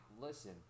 listen